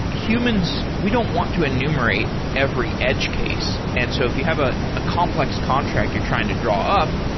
humans we don't want to enumerate every edge case, and so if you have a ah complex contract you're trying to draw up,